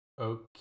Okay